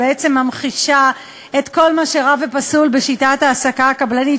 שממחישה את כל מה שרע ופסול בשיטת ההעסקה הקבלנית,